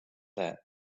that